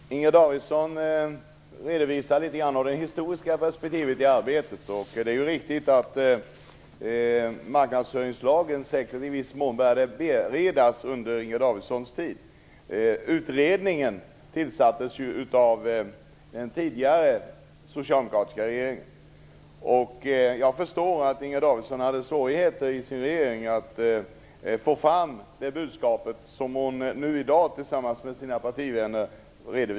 Fru talman! Inger Davidson redovisar litet av det historiska perspektivet i arbetet. Det är riktigt att marknadsföringslagen i viss mån började beredas under Inger Davidsons tid. Utredningen tillsattes av den tidigare socialdemokratiska regeringen. Jag förstår att Inger Davidson hade svårigheter i sin regering att få fram det budskap som hon redovisar i dag tillsammans med sina partivänner.